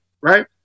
right